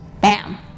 Bam